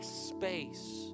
space